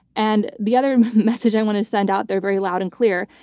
and the other message i want to send out there, very loud and clear,